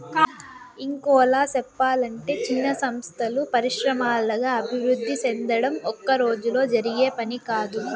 ఇంకోలా సెప్పలంటే చిన్న సంస్థలు పరిశ్రమల్లాగా అభివృద్ధి సెందడం ఒక్కరోజులో జరిగే పని కాదు